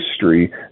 history